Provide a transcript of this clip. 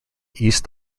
east